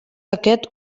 aquest